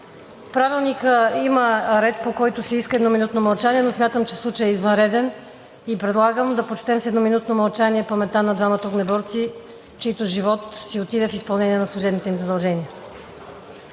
Правилника има ред, по който се иска едноминутно мълчание, но смятам, че случаят е извънреден и предлагам да почетем с едноминутно мълчание паметта на двамата огнеборци, чийто живот си отиде в изпълнение на служебните им задължения.